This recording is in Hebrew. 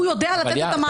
הוא יודע לתת את המענה.